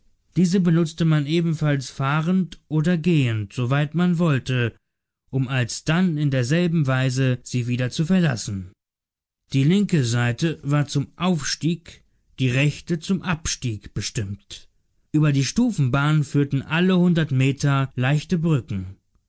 diese benutzte man ebenfalls fahrend oder gehend soweit man wollte um alsdann in derselben weise sie wieder zu verlassen die linke seite war zum aufstieg die rechte zum abstieg bestimmt über die stufenbahn führten alle hundert meter leichte brücken